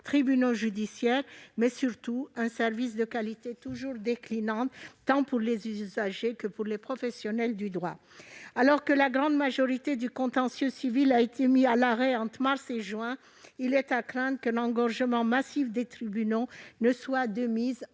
tribunaux judiciaires, mais surtout un service de qualité toujours déclinante, tant pour les usagers que pour les professionnels du droit. Alors que la grande majorité du contentieux civil a été mise à l'arrêt entre mars et juin, il est à craindre que l'engorgement massif des tribunaux ne soit de mise en